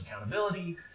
accountability